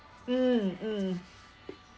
mm mm